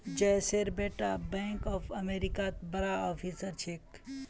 जयेशेर बेटा bank of अमेरिकात बड़का ऑफिसर छेक